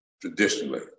traditionally